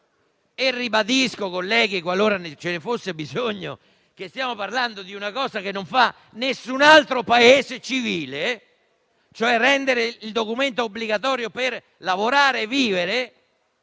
e ribadisco, colleghi, qualora ce ne fosse bisogno, che stiamo parlando di una cosa che non fa nessun altro Paese civile, e cioè rendere il documento obbligatorio per poter lavorare e vivere.